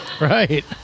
Right